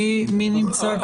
בסדר גמור, מי נמצא כאן?